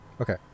Okay